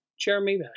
Jeremy